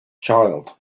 child